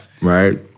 right